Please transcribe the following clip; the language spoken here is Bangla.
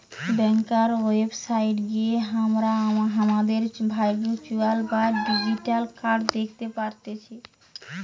ব্যাংকার ওয়েবসাইট গিয়ে হামরা হামাদের ভার্চুয়াল বা ডিজিটাল কার্ড দ্যাখতে পারতেছি